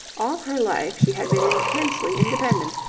all her life she had been intensely independent,